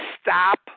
stop